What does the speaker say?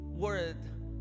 word